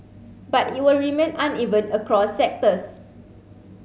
but it will remain uneven across sectors